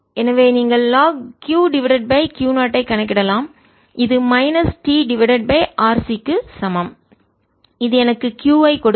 எனவே நீங்கள் log Q divided by Q 0 ஐக் கணக்கிடலாம் இது minus t divided by RC க்கு சமம் இது எனக்கு Q ஐ கொடுக்கும்